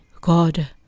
God